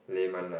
lame one ah